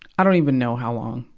i don't even know how long,